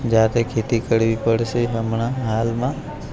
જાતે ખેતી કરવી પડશે હમણાં હાલમાં